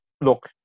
Look